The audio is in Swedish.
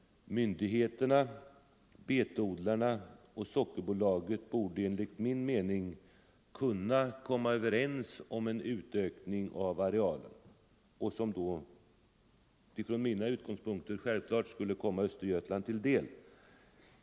Myndigheterna, betodlarna och Sockerbolaget borde enligt min mening kunna komma överens om en utökning av arealen — en utökning som från mina utgångspunkter självfallet skulle komma Östergötland till del.